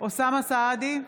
אוסאמה סעדי,